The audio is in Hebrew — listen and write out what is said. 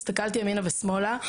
הסתכלתי ימינה ושמאלה,